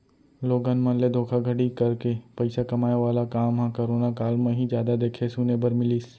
लोगन मन ले धोखाघड़ी करके पइसा कमाए वाला काम ह करोना काल म ही जादा देखे सुने बर मिलिस